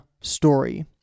story